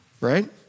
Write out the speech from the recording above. right